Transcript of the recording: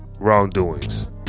wrongdoings